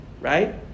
right